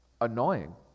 annoying